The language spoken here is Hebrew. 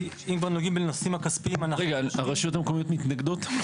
רגע, הרשויות המקומיות מתנגדות?